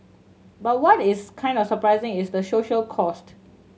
but what is kind of surprising is the social cost